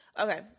Okay